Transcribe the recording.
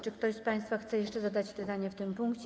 Czy ktoś z państwa chce jeszcze zadać pytanie w tym punkcie?